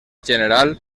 general